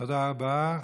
תודה רבה.